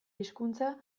hizkuntza